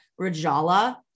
Rajala